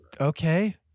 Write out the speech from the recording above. Okay